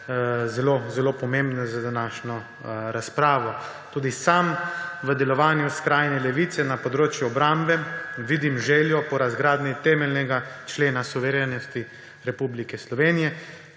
zelo pomembne za današnjo razpravo. Tudi sam v delovanju skrajne levice na področju obrambe vidim željo po razgradnji temeljnega člena suverenosti Republike Slovenije,